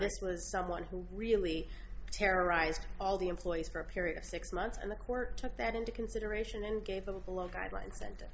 this was someone who really terrorized all the employees for a period of six months and the court took that into consideration and gave them a low guideline sent